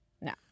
No